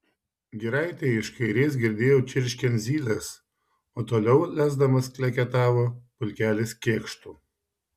giraitėje iš kairės girdėjau čirškiant zyles o toliau lesdamas kleketavo pulkelis kėkštų